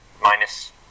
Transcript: minus